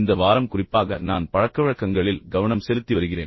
இந்த வாரம் குறிப்பாக நான் பழக்கவழக்கங்களில் கவனம் செலுத்தி வருகிறேன்